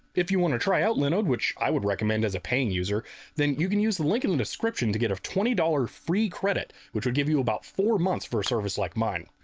if you want to try out linode which i would recommend as a paying user then you can use the link in the description to get a twenty dollars free credit which would give you about four months for a service like mine.